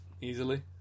easily